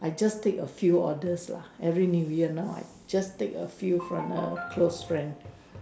I just a few orders lah every new year now I just take a few from the close friend